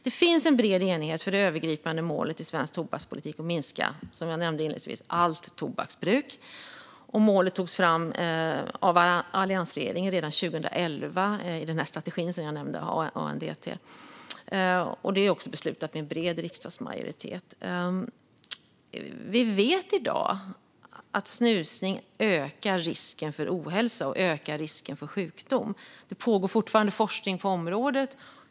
Det finns en bred enighet för det övergripande målet i svensk tobakspolitik att minska allt tobaksbruk, som jag nämnde inledningsvis. Målet togs fram av alliansregeringen redan 2011 i den ANDT-strategi som jag tidigare nämnde. Det är också beslutat med bred riksdagsmajoritet. Vi vet i dag att snusning ökar risken för ohälsa och sjukdom. Det pågår fortfarande forskning på området.